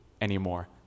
anymore